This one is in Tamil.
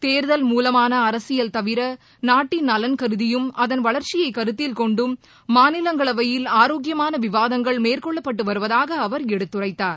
தேர்தல் மூவமான அரசியல் தவிர நாட்டின் நலன் கருதியும் அதன் வளர்ச்சியை கருத்தில் கொண்டும் மாநிலங்களவையில் ஆரோக்கியமான விவாதங்கள் மேற்கொள்ளப்பட்டு வருவதாக அவர் எடுத்துரைத்தார்